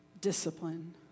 discipline